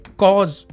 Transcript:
cause